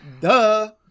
Duh